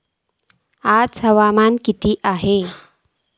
आज हवामान किती आसा?